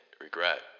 regret